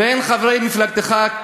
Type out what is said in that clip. והן חברי מפלגתך,